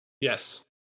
Yes